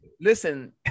Listen